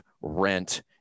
rent